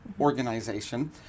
organization